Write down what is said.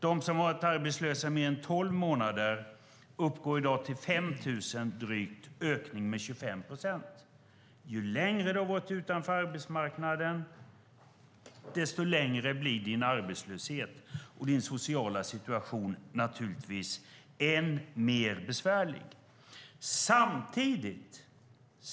De som har varit arbetslösa i mer än 12 månader uppgår i dag till drygt 5 000, en ökning med 25 procent. Ju längre du har varit utanför arbetsmarknaden, desto längre blir din arbetslöshet och din sociala situation naturligtvis än mer besvärlig.